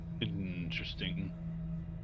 Interesting